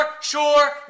sure